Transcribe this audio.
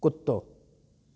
कुतो